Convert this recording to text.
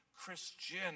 Christian